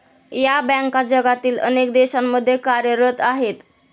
या बँका जगातील अनेक देशांमध्ये कार्यरत आहेत